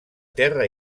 terra